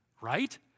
right